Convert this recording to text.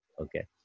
okay